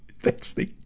that's the,